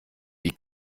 die